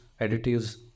additives